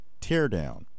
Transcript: teardown